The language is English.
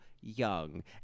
young